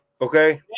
okay